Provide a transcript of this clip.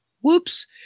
Whoops